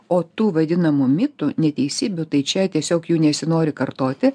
o tų vadinamų mitų neteisybių tai čia tiesiog jų nesinori kartoti